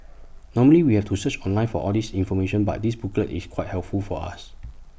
normally we have to search online for all this information but this booklet is quite helpful for us